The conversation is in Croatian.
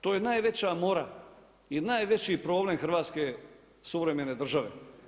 To je najveća mora i najveći problem hrvatske suvremene države.